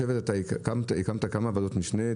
הקמת כמה ועדות משנה,